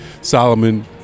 Solomon